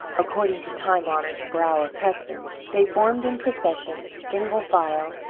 according to time-honoured brower custom, they formed in procession, single file,